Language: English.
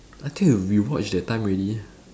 I think you rewatch that time already